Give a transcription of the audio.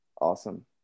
awesome